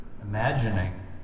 imagining